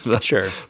Sure